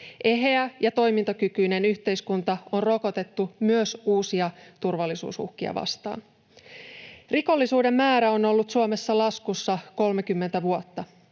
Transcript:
Eheä ja toimintakykyinen yhteiskunta on rokotettu myös uusia turvallisuusuhkia vastaan. Rikollisuuden määrä on ollut Suomessa laskussa 30 vuotta.